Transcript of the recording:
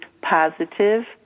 positive